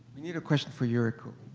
we need a question for yuriko.